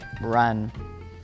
run